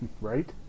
Right